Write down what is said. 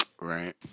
Right